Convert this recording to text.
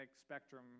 spectrum